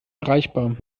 erreichbar